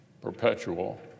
perpetual